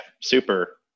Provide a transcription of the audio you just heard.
super